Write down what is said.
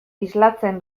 islatzen